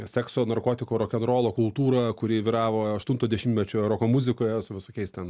sekso narkotikų rokenrolo kultūrą kuri vyravo aštunto dešimtmečio roko muzikoje su visokiais ten